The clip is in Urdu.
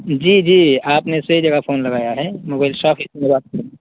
جی جی آپ نے صحیح جگہ فون لگایا ہے موبائل شاپ ہی سے بات